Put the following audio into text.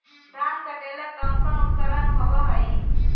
धान काटेला कौन कौन उपकरण होव हइ?